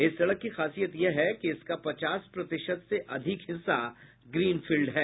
इस सड़क की खासियत यह है कि इसका पचास प्रतिशत से अधिक हिस्सा ग्रीन फिल्ड है